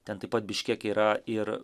ten taip pat biškeke yra ir